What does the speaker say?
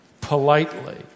politely